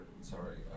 sorry